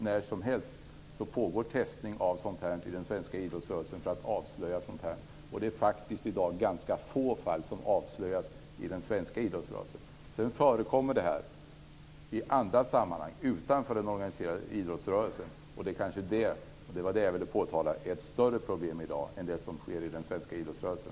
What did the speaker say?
När som helst görs testning inom den svenska idrottsrörelsen för att avslöja sådana här saker. I dag är det faktiskt ganska få fall som avslöjas inom den svenska idrottsrörelsen men sådant här förekommer i andra sammanhang, utanför den organiserade idrottsrörelsen. Detta är kanske, och det är vad jag velat påtala, ett större problem i dag än det som sker inom den svenska idrottsrörelsen.